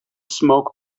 smoke